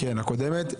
כן, הקודמת.